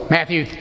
Matthew